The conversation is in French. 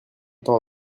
temps